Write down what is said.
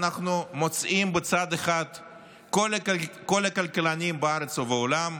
אנחנו מוצאים בצד אחד את כל הכלכלנים בארץ ובעולם,